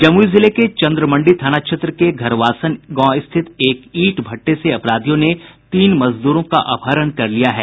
जमुई जिले के चंद्रमंडी थाना क्षेत्र के घरवासन गांव स्थित एक ईंट भट्ठे से अपराधियों ने तीन मजदूरों का अपहरण कर लिया है